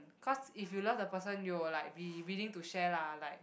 cause if you love the person you will like be willing to share lah like